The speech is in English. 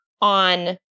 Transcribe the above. on